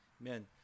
Amen